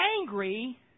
angry